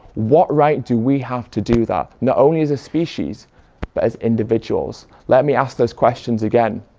what right do we have to do that? not only as a species, but as individuals. let me ask those questions again.